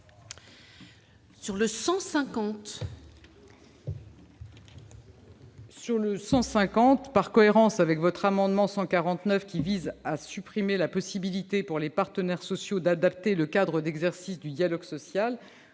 rectifié. Par cohérence avec leur amendement n° 149 rectifié , qui vise à supprimer la possibilité pour les partenaires sociaux d'adapter le cadre d'exercice du dialogue social,